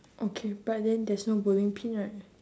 okay but then there's no bowling pin right